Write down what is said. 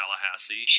Tallahassee